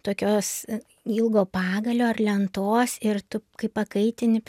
tokios ilgo pagalio ar lentos ir tu kai pakaitini